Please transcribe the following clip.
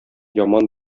яман